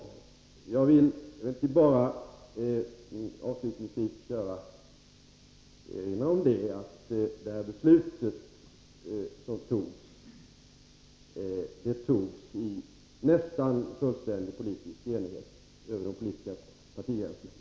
Avslutningsvis vill jag emellertid bara erinra om att det beslut som fattades i detta hänseende, fattades i nästan fullständig politisk enighet, över de politiska partigränserna.